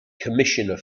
commissioner